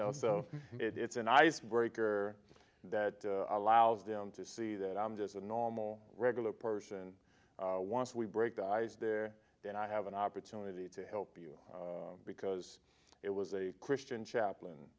know so it's an icebreaker that allows them to see that i'm just a normal regular person once we break the ice there then i have an opportunity to help you because it was a christian chaplain